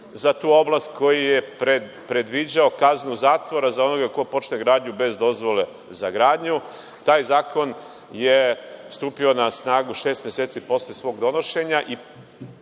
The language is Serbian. za tu oblast koji je predviđao kaznu zatvora za onoga ko počne gradnju bez dozvole za gradnju. Taj zakon je stupio na snagu šest meseci posle svog donošenja